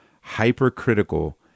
hypercritical